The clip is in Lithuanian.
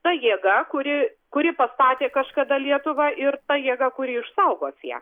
ta jėga kuri kuri pastatė kažkada lietuvą ir ta jėga kuri išsaugos ją